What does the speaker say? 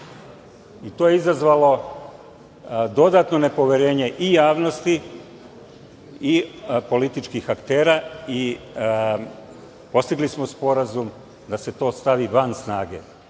i to je izazvalo dodatno nepoverenje i javnosti i političkih aktera i postigli smo sporazum da se to stavi van snage. Dakle,